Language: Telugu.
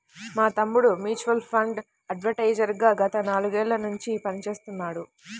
మా తమ్ముడు మ్యూచువల్ ఫండ్ అడ్వైజర్ గా గత నాలుగేళ్ళ నుంచి పనిచేస్తున్నాడు